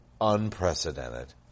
unprecedented